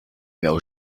miał